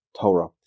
Torah